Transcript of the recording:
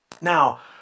Now